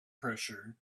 pressure